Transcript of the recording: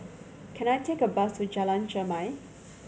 can I take a bus to Jalan Chermai